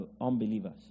unbelievers